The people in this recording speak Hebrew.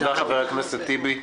תודה חבר הכנסת טיבי.